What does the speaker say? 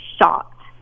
shocked